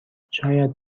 شاید